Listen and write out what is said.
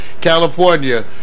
California